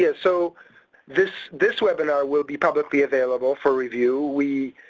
yeah so this, this webinar will be publicly available for review. we,